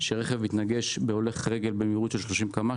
שאם רכב מתנגש בהולך רגל במהירות של 30 קמ"ש,